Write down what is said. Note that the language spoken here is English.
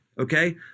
Okay